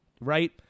Right